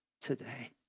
today